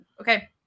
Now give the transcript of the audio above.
Okay